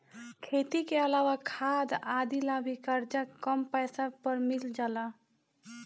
खेती के अलावा खाद आदि ला भी करजा कम पैसा पर मिल जाला